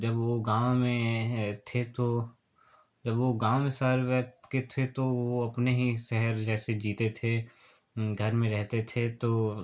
जब वो गाँव में है थे तो जब वो गाँव में शहर गए के थे तो वो अपने ही शहर जैसे जीते थे घर में रहते थे तो